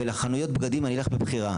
ולחנויות בגדים אני אלך מבחירה.